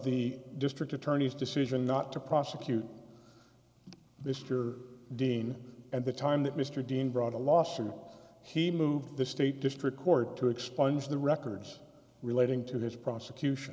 the district attorney's decision not to prosecute mr dean and the time that mr dean brought a lawsuit he moved the state district court to expunge the records relating to his prosecution